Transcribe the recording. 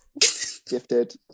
gifted